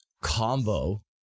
combo